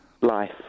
Life